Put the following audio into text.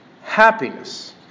happiness